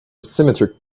symmetric